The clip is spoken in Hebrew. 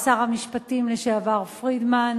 שר המשפטים לשעבר פרידמן,